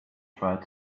tried